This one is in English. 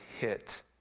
hit